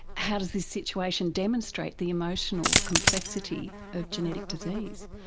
how does this situation demonstrate the emotional complexity of genetic disease?